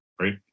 right